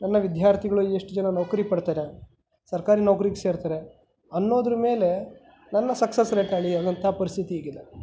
ನನ್ನ ವಿದ್ಯಾರ್ಥಿಗಳು ಎಷ್ಟು ಜನ ನೌಕರಿ ಪಡ್ತಾರೆ ಸರ್ಕಾರಿ ನೌಕ್ರಿಗೆ ಸೇರ್ತಾರೆ ಅನ್ನೋದ್ರ ಮೇಲೆ ನನ್ನ ಸಕ್ಸೆಸ್ ರೇಟ್ನಾ ಅಳಿಯುವಂಥ ಪರಿಸ್ಥಿತಿ ಈಗಿದೆ